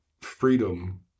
freedom